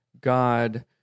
god